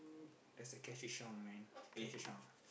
that's the catchy song man catchy song